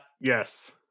yes